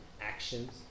actions